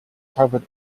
covered